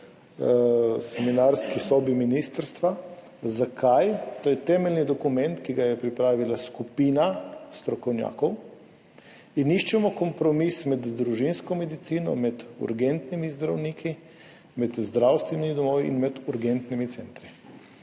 seminarski sobi ministrstva, temeljni dokument, ki ga je pripravila skupina strokovnjakov in iščemo kompromis med družinsko medicino, med urgentnimi zdravniki, med zdravstvenimi domovi in med urgentnimi centri.